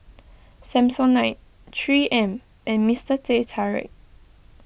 Samsonite three M and Mister Teh Tarik